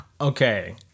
okay